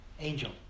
angel